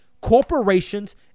corporations